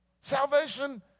Salvation